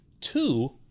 Two